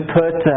put